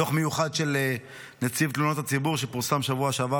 דוח מיוחד של נציב תלונות הציבור שפורסם בשבוע שעבר